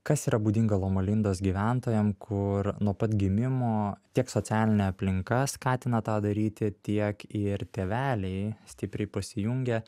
kas yra būdinga loma lindos gyventojam kur nuo pat gimimo tiek socialinė aplinka skatina tą daryti tiek į ir tėveliai stipriai pasijungia